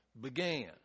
began